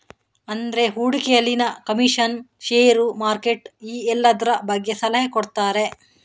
ಅಂದ್ರೆ ಹೂಡಿಕೆಯಲ್ಲಿನ commission, share, market ಈ ಎಲ್ಲದ್ರ ಬಗ್ಗೆ ಸಲಹೆ ಕೊಡ್ತಾರೆ